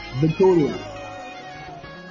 Victoria